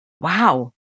Wow